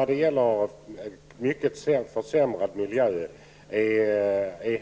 att bli en mycket försämrad miljö.